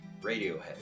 Radiohead